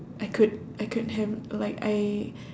I could I could have like I